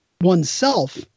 oneself